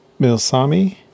Milsami